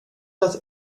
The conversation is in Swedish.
att